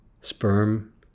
Sperm